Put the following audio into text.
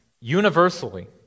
universally